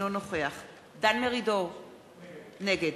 אינו